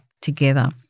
together